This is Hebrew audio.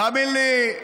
תאמין לי,